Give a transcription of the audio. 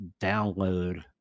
download